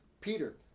Peter